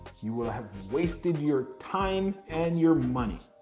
you will have wasted your time and your money.